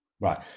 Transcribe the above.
Right